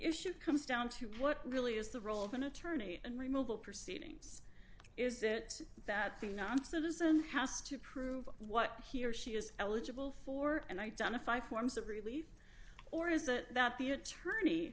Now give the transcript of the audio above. issue comes down to what really is the role of an attorney in removal proceedings is it that the non citizen has to prove what he or she is eligible for and identify forms of relief or is it that the attorney